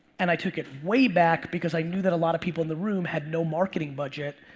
and i took it way back because i knew that a lotta people in the room had no marketing budget.